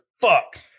Fuck